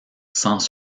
sans